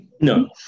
No